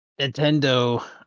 Nintendo